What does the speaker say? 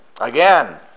again